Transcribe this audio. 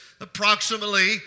approximately